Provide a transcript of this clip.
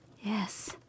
Yes